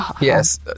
Yes